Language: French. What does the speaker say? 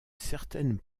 certaine